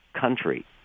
country